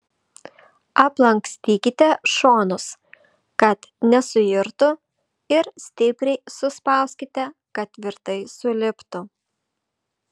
aplankstykite šonus kad nesuirtų ir stipriai suspauskite kad tvirtai suliptų